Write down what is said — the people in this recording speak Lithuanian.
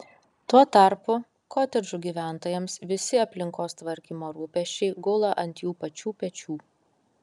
tuo tarpu kotedžų gyventojams visi aplinkos tvarkymo rūpesčiai gula ant jų pačių pečių